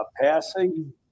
passing